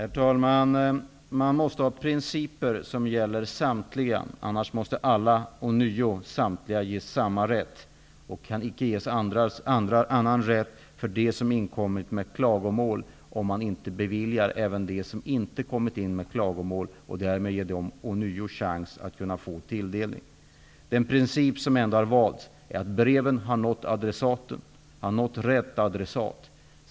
Herr talman! Man måste ha principer som gäller samtliga företag, annars måste alla ånyo ges samma rätt. De som inkommit med klagomål kan inte ges annan rätt om man inte beviljar även dem som inte kommit in med klagomål samma rätt och därmed ger dem ånyo chans att få tilldelning. Den princip som har valts är att breven skall ha nått rätt adressat.